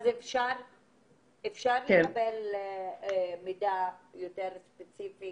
אפשר לקבל מידע יותר ספציפי